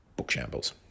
bookshambles